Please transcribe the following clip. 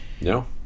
No